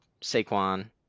Saquon